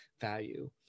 value